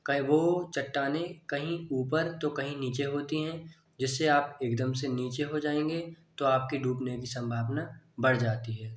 कय वो चट्टानें कहीं ऊपर तो कहीं नीचे होती हैं जिससे आप एकदम से नीचे हो जाएंगे तो आप की डूबने की सम्भावना बढ़ जाती है